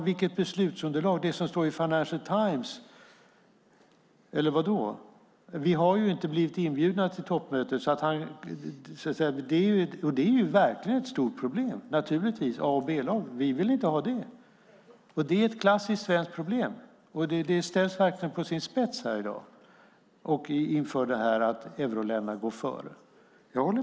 Vad skulle beslutsunderlaget vara? Är det vad som står i Financial Times? Vi har inte blivit inbjudna till toppmötet. Det är verkligen ett stort problem. Naturligtvis är det fråga om A och B-lag. Vi vill inte ha det. Det är ett klassiskt svenskt problem. Jag håller med om att det ställs verkligen på sin spets i dag - euroländerna går före.